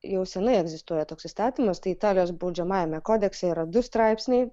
jau seniai egzistuoja toks įstatymas tai italijos baudžiamajame kodekse yra du straipsniai